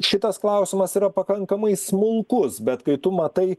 šitas klausimas yra pakankamai smulkus bet kai tu matai